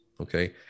Okay